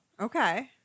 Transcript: Okay